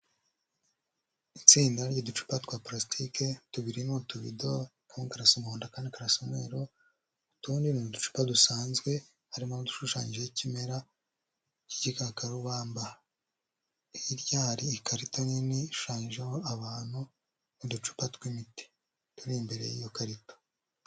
Itsinda ry'uducupa twa purastike tubiri ni utubido kamwe karasa umuhondo akandi karasa umweru, utundi ni uducupa dusanzwe harimo n'udushushanyijeho ikimera cy'igikakarubamba, hirya hari ikarito nini ishushanyijeho abantu n'uducupa tw'imiti turi imbere y'iyo karito.